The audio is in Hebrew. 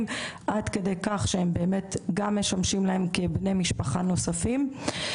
עד כדי כך שהם גם משמשים להם כבני משפחה נוספים.